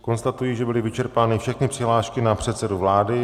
Konstatuji, že byly vyčerpány všechny přihlášky na předsedu vlády.